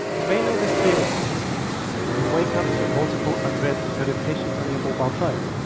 you may know this feeling you wake up to multiple unread notifications on your mobile phone.